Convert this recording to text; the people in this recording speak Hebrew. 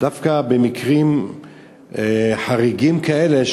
דווקא במקרים חריגים כאלה,